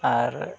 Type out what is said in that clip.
ᱟᱨ